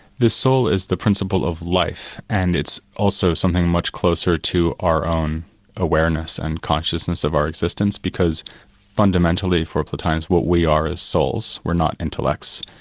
the soul is the principle of life, and it's also something much closer to our own awareness and consciousness of our existence because fundamentally for plotinus what we are is souls, we're not intellects.